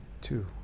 Two